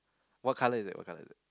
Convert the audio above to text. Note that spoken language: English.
what colour is it what colour is it